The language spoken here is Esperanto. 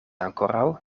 ankoraŭ